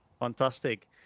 Fantastic